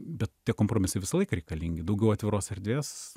bet tie kompromisai visą laiką reikalingi daugiau atviros erdvės